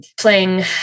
playing